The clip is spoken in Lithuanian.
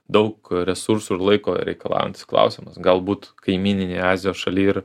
daug resursų ir laiko reikalaujantis klausimas galbūt kaimyninėj azijos šaly ir